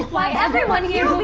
why everyone here